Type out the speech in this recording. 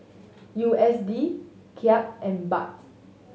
U S D Kyat and Baht